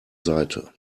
seite